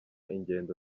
ingendo